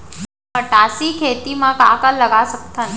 मटासी खेत म का का लगा सकथन?